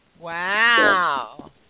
Wow